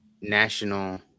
national